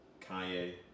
Kanye